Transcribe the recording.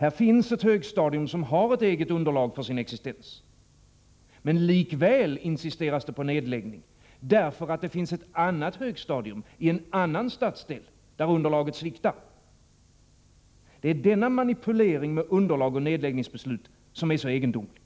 Här finns ett högstadium, som har ett eget underlag för sin existens. Men likväl insisteras det på nedläggning, därför att det finns ett annat högstadium i en annan stadsdel, där underlaget sviktar. Det är denna manipulering med underlag och nedläggningsbeslut som är så egendomlig.